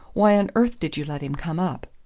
why on earth did you let him come up?